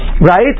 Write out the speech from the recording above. right